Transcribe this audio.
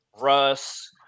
Russ